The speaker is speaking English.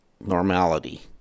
normality